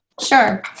Sure